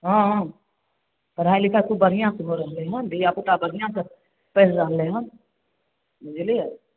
हुँ पढ़ाइ लिखाइ खूब बढ़िआँसँ भऽ रहलै हँ धिआपुता बढ़िआँसँ पढ़ि रहलै हँ बुझलिए